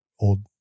old